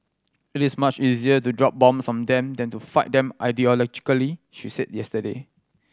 it is much easier to drop bombs on them than to fight them ideologically she said yesterday